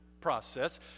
process